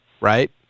right